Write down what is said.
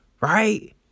Right